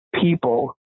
people